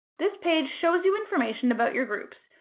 this page show you information about your groups,